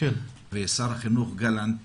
ושר החינוך גלנט